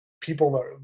people